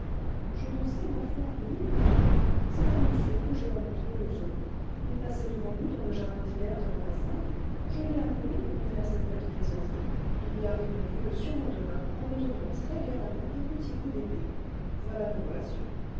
je n'en sais ma foi rien du tout c'est un monsieur que j'ai rencontré aux eaux il passait devant nous dans le jardin d'hiver de l'ambassade je l'ai appelé pour lui faire cette bête plaisanterie il y a répondu le surlendemain en me donnant très galamment un petit coup d'épée voilà nos relations